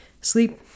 sleep